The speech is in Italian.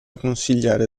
consigliere